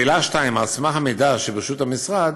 2. על סמך המידע שברשות המשרד,